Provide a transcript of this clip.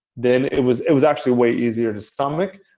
then, it was it was actually way easier to stomach.